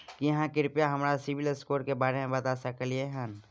की आहाँ कृपया हमरा सिबिल स्कोर के बारे में बता सकलियै हन?